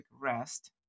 rest